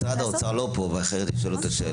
משרד האוצר לא פה ולכן אי-אפשר לשאול את השאלה.